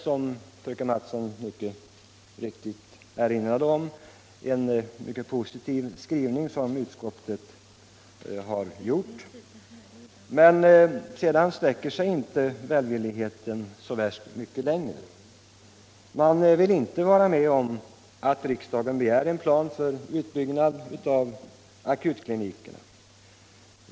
Som fröken Mattson erinrade om, har utskottet skrivit mycket positivt, men sedan sträcker sig inte välviljan så värst mycket längre. Man vill inte vara med om att riksdagen begär en plan för utbyggnad av akutklinikerna.